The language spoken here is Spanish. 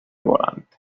volante